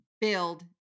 build